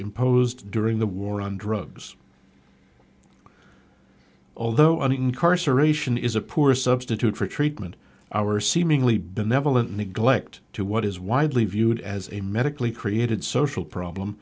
imposed during the war on drugs although an incarceration is a poor substitute for treatment our seemingly benevolent neglect to what is widely viewed as a medically created social problem